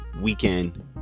Weekend